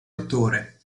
attore